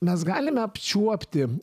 mes galime apčiuopti